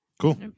Cool